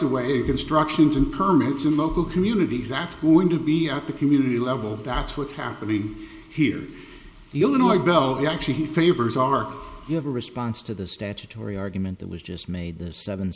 away constructions and permits in local communities that are going to be at the community level that's what's happening here illinois bell actually favors are you have a response to the statutory argument that was just made seven